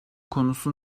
konusu